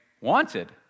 wanted